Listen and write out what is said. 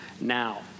now